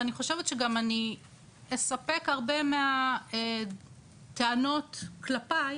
ואני חושבת שגם אני אספק הרבה מהטענות כלפיי,